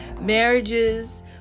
marriages